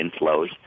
inflows